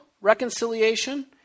reconciliation